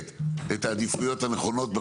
ושיינתנו העדיפויות הנכונות.